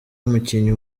mukinnyi